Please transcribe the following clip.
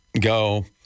go